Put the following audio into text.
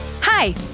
Hi